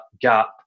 gap